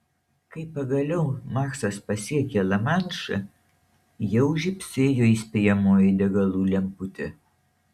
kai pagaliau maksas pasiekė lamanšą jau žybsėjo įspėjamoji degalų lemputė